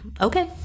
okay